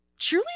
cheerleading